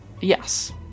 Yes